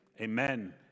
Amen